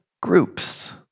groups